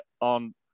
on